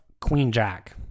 queen-jack